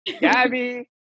Gabby